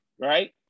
right